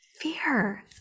Fear